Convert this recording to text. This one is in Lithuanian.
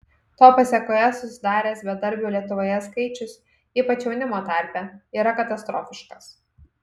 to pasėkoje susidaręs bedarbių lietuvoje skaičius ypač jaunimo tarpe yra katastrofiškas